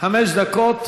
חמש דקות